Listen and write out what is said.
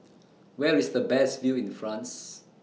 Where IS The Best View in France